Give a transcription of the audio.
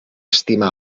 estima